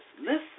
listen